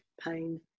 pain